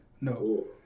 no